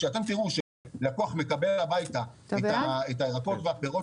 כשאתם תיראו שלקוח מקבל הביתה את הירקות והפירות